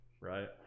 right